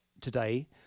today